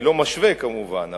אני לא משווה כמובן,